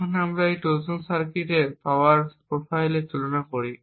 এখন যখন আমরা এই ট্রোজান সার্কিটের পাওয়ার প্রোফাইলের তুলনা করি